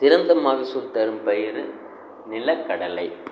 சிறந்த மகசூல் தரும் பயிர் நிலக்கடலை